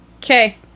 Okay